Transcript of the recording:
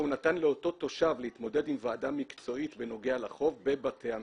הוא נתן לאותו תושב להתמודד עם ועדה מקצועית בנוגע לחוב בבתי המשפט.